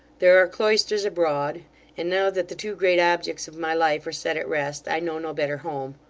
there are cloisters abroad and now that the two great objects of my life are set at rest, i know no better home.